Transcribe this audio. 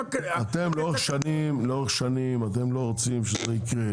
אתם לאורך שנים אתם לא רוצים שזה יקרה.